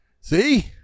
see